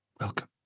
Welcome